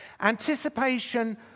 Anticipation